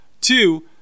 Two